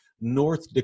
north